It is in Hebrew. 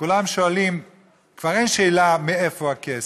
וכבר אין שאלה מאיפה הכסף,